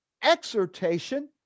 exhortation